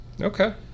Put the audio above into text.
Okay